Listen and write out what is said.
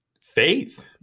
faith